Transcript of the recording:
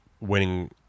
winning